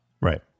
Right